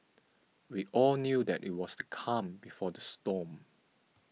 we all knew that it was the calm before the storm